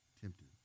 tempted